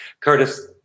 Curtis